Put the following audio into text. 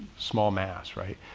small mass, right?